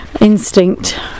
instinct